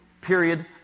period